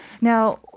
Now